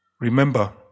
Remember